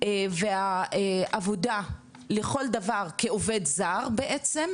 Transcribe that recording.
והעבודה לכל דבר כעובד זר בעצם,